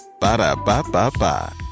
Ba-da-ba-ba-ba